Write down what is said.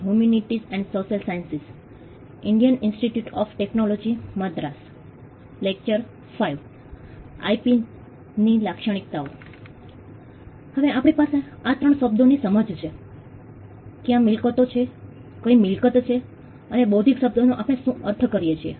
હવે આપણી પાસે આ 3 શબ્દોની સમજ છે ક્યાં મિલકતો છે કઈ મિલકત છે અને બૌદ્ધિક શબ્દનો આપણે શું અર્થ કરીએ છીએ